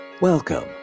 Welcome